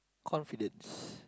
confidence